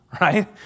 Right